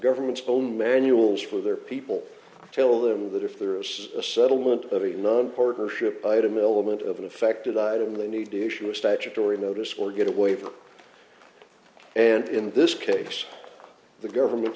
government's own manuals for their people tell them that if there is a settlement of a non partnership item element of an affected item they need to issue a statutory notice or get a waiver and in this case the government